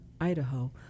Idaho